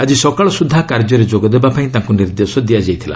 ଆକି ସକାଳ ସୁଦ୍ଧା କାର୍ଯ୍ୟରେ ଯୋଗଦେବାପାଇଁ ତାଙ୍କୁ ନିର୍ଦ୍ଦେଶ ଦିଆଯାଇଥିଲା